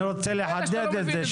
אני רוצה לחדד את זה.